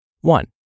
One